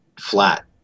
flat